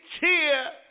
cheer